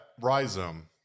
rhizome